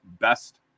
best